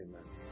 Amen